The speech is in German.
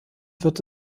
wird